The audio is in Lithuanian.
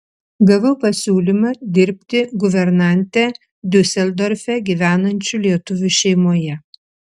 gavau pasiūlymą dirbti guvernante diuseldorfe gyvenančių lietuvių šeimoje